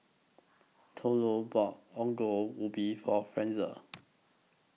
Thurlow bought Ongol Ubi For Frazier